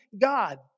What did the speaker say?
God